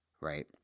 right